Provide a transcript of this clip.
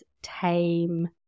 Tame